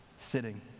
sitting